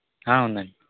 ఉందండి